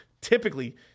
typically